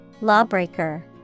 Lawbreaker